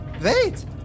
Wait